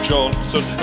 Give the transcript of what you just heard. Johnson